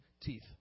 teeth